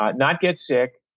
not not get sick,